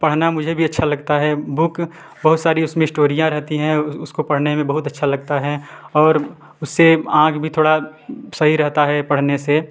पढ़ना मुझे भी अच्छा लगता है बुक बहुत सारी उसमें स्टोरियाँ रहती हैं उसको पढ़ने में बहुत अच्छा लगता है और उससे आँख भी थोड़ा सही रहता है पढ़ने से